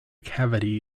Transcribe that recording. cavity